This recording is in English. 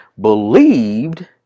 believed